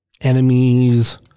enemies